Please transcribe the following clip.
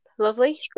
lovely